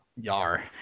Yar